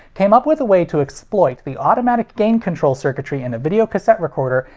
came up with a way to exploit the automatic gain control circuitry in a videocassette recorder,